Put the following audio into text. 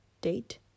Date